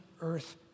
earth